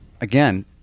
again